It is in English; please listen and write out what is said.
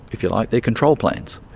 if you like, their control plans.